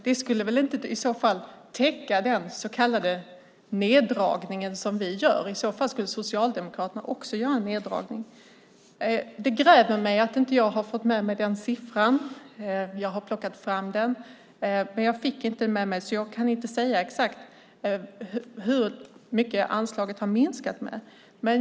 Det kommer väl inte att täcka den så kallade neddragning som vi gör? I så fall skulle Socialdemokraterna också göra en neddragning. Det grämer mig att jag inte har fått med mig siffran här. Jag har plockat fram den, men jag fick inte med mig den. Jag kan inte exakt säga hur mycket anslaget har minskat med.